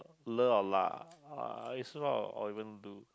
or lah or even loo